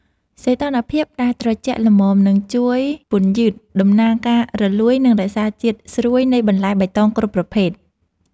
សីតុណ្ហភាពដែលត្រជាក់ល្មមនឹងជួយពន្យឺតដំណើរការរលួយ និងរក្សាជាតិស្រួយនៃបន្លែបៃតងគ្រប់ប្រភេទ។